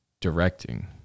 directing